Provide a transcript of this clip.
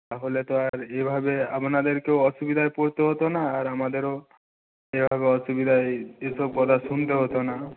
তাহলে তো আর এভাবে আপনাদেরকেও অসুবিধায় পড়তে হতো না আর আমাদেরও এভাবে অসুবিধায় এসব কথা শুনতে হতো না